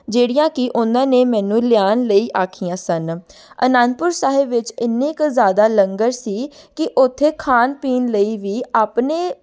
ਜਿਹੜੀਆਂ ਕਿ ਉਹਨਾਂ ਨੇ ਮੈਨੂੰ ਲਿਆਉਣ ਲਈ ਆਖੀਆਂ ਸਨ ਅਨੰਦਪੁਰ ਸਾਹਿਬ ਵਿੱਚ ਇੰਨੇ ਕੁ ਜ਼ਿਆਦਾ ਲੰਗਰ ਸੀ ਕਿ ਉੱਥੇ ਖਾਣ ਪੀਣ ਲਈ ਵੀ ਆਪਣੇ